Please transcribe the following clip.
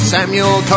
Samuel